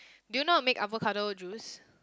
do you know how to make avocado juice